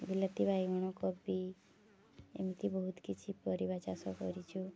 ବିଲାତି ବାଇଗଣ କୋବି ଏମିତି ବହୁତ କିଛି ପରିବା ଚାଷ କରିଛୁ